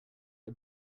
are